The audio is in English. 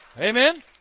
Amen